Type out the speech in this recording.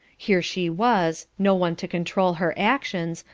here she was, no one to control her actions,